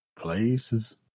places